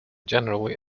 generally